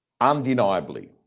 undeniably